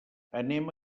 anem